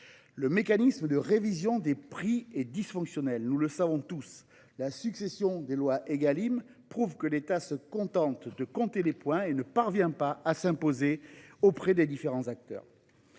Le mécanisme de révision des prix est dysfonctionnel, nous le savons tous : la succession des lois Égalim prouve que l’État se contente de compter les points et ne parvient pas à s’imposer face aux différents acteurs.